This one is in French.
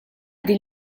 des